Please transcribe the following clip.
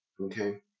Okay